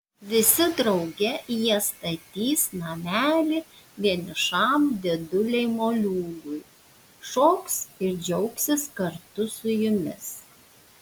visi drauge jie statys namelį vienišam dėdulei moliūgui šoks ir džiaugsis kartu su jumis